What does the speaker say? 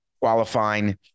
qualifying